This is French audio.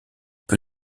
peu